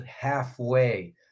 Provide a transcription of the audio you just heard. halfway